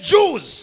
Jews